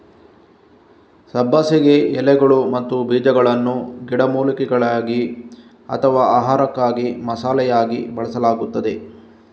ಸಬ್ಬಸಿಗೆ ಎಲೆಗಳು ಮತ್ತು ಬೀಜಗಳನ್ನು ಗಿಡಮೂಲಿಕೆಯಾಗಿ ಅಥವಾ ಆಹಾರಕ್ಕಾಗಿ ಮಸಾಲೆಯಾಗಿ ಬಳಸಲಾಗುತ್ತದೆ